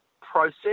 process